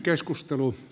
kiitos